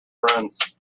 friends